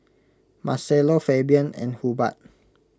Marcello Fabian and Hubbard